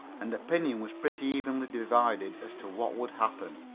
and opinion was pretty evenly divided as to what would happen.